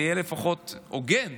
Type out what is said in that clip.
תהיה לפחות הוגן.